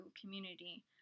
community